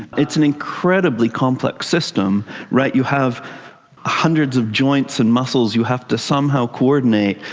it's an incredibly complex system, right? you have hundreds of joints and muscles you have to somehow co-ordinate,